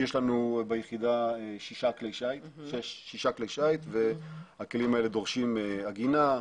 יש לנו ביחידה שישה כלי שיט והכלים האלה דורשים עגינה,